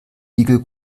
igel